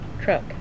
truck